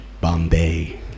Bombay